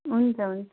हुन्छ हुन्छ